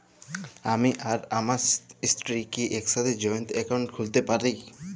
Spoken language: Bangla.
আমি আর আমার স্ত্রী কি একসাথে জয়েন্ট অ্যাকাউন্ট খুলতে পারি?